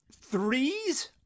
Threes